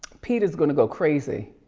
peta's gonna go crazy.